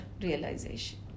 realization